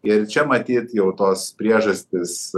ir čia matyt jau tos priežastys